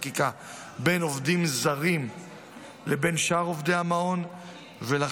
בין עובדים זרים לבין שאר עובדי המעון שאין לה מקום בחקיקה.